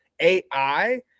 ai